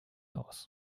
aus